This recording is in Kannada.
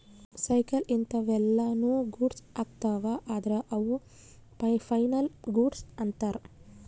ಸೈಕಲ್ ಇಂತವೆಲ್ಲ ನು ಗೂಡ್ಸ್ ಅಗ್ತವ ಅದ್ರ ಅವು ಫೈನಲ್ ಗೂಡ್ಸ್ ಅಂತರ್